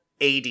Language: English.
AD